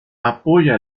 apoya